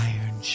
Iron